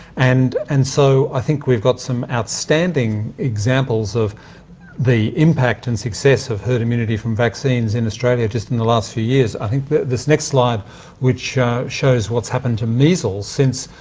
and and so i think we've got some outstanding examples of the impact and success of herd immunity from vaccines in australia just in the last few years. i think this next slide which shows what's happened to measles since.